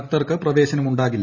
ഭക്തർക്ക് പ്രവേശനം ഉണ്ടാകില്ല